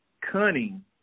cunning